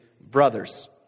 brothers